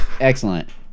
Excellent